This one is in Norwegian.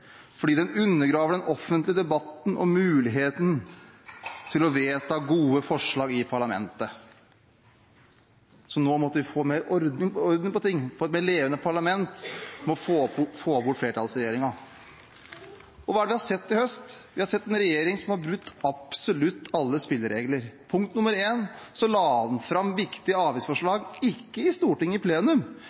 fordi det undergraver den offentlige debatten og muligheten til å vedta gode forslag i parlamentet». Så nå måtte vi få mer orden på ting, og det levende parlament må få bort flertallsregjeringen. Og hva er det vi har sett i høst? Vi har sett en regjering som har brutt absolutt alle spilleregler. Pkt. 1: En la fram viktige avgiftsforslag – ikke i Stortinget i plenum,